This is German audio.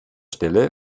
stelle